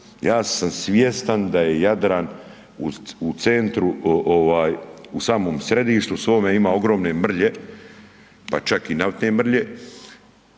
Ja sam svjestan da je Jadran u centru ovaj, u samom središtu svome ima ogromne mrlje, pa čak i naftne mrlje,